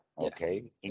Okay